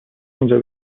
اینجا